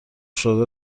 شده